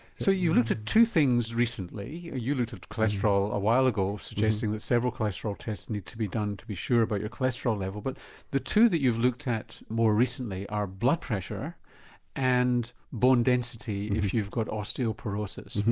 so you looked at two things recently. you looked at cholesterol a while ago, suggesting that several cholesterol tests need to be done to be sure about your cholesterol level, but the two that you've looked at more recently, are blood pressure and bone density, if you've got osteoporosis.